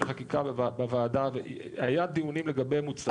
חקיקה בוועדה והיו דיונים לגבי מוצרים.